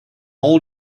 all